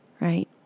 right